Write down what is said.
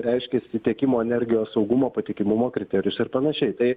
reiškiasi tiekimo energijos saugumo patikimumo kriterijus ir panašiai tai